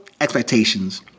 expectations